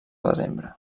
desembre